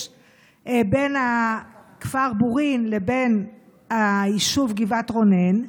בין הכפר בורין לבין היישוב גבעת רונן,